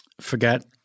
forget